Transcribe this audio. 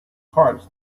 hard